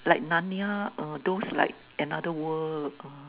like Narnia uh those like another world uh